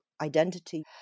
identity